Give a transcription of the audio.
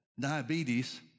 diabetes